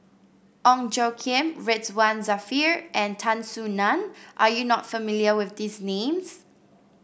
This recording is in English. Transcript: Ong Tjoe Kim Ridzwan Dzafir and Tan Soo Nan are you not familiar with these names